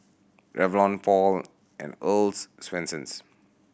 Revlon Paul and Earl's Swensens